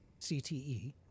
CTE